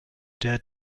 der